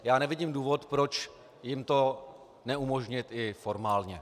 Já nevidím důvod, proč jim to neumožnit i formálně.